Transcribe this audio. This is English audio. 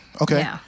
Okay